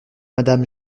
madame